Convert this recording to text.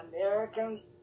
Americans